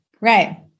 Right